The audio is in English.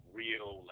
real